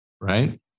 Right